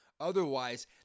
Otherwise